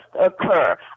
occur